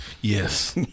Yes